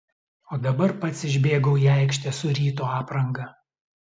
o dabar pats išbėgau į aikštę su ryto apranga